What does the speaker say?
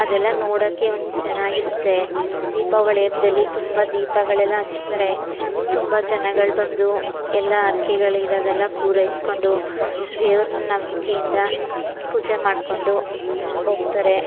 ಅದೆಲ್ಲಾ ನೋಡೋಕೆ ಒಂದು ಚೆನ್ನಾಗಿರುತ್ತೆ ದೀಪಾವಳಿ ಹಬ್ದಲ್ಲಿ ತುಂಬ ದೀಪಗಳೆಲ್ಲಾ ಹಚ್ತಾರೆ ತುಂಬ ಜನಗಳು ಬಂದು ಎಲ್ಲ ಹರ್ಕೆಗಳಿರೋದೆಲ್ಲಾ ಪೂರೈಸಿಕೊಂಡು ದೇವ್ರ ನಂಬಿಕೆಯಿಂದ ಪೂಜೆ ಮಾಡಿಕೊಂಡು ಹೋಗ್ತಾರೆ